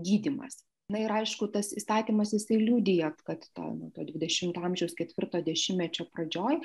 gydymas na ir aišku tas įstatymas jisai liudija kad tą nu dvidešimto amžiaus ketvirto dešimtmečio pradžioj